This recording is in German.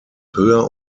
höher